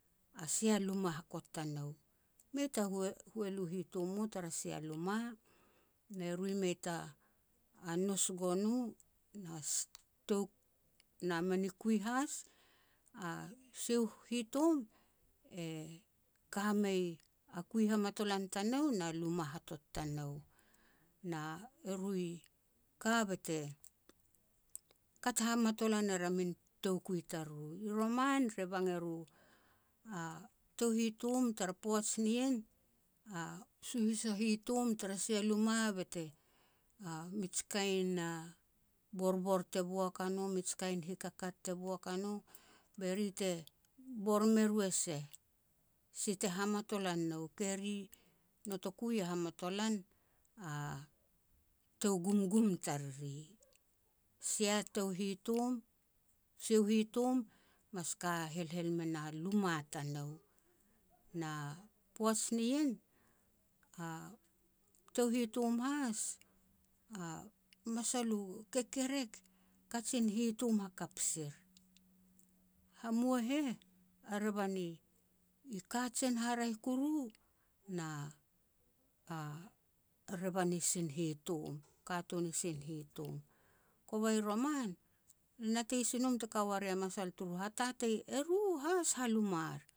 a sia luma hakot tanou. Mei ta hua-hualu hitom u tara sia luma, ne ru e mei ta nous gon u, na ss tou, na mini kui has, sia u hitom, e ka mei a kui hamatolon tanou na luma hatot tanou. Na eru i ka bete kat hamatolan er a min toukui tariru. I roman re bang eru a tou hitom tara poaj nien, a suhis a hitom tara sia luma, bete a mij kain borbor te boak a no, mij kain hikakat te boak a no, be ri te bor me ru e seh. Si te hamatolan nou, ke ri notoku ya hamatolan a tou gumgum tariri. Sia tou hitom, sia u hitom mas ka helhel me na luma tanou, na poaj nien, a tou hitom has, a masal u kekerek, kajin hitom hakap sir. Hamua heh, a revan i kajien haraeh kuru na a-a revan i sin hitom, katun i sin hitom. Kova i roman, le natei si nom te ka ua ria masal turu hatatei, eru has halumar.